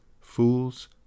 fools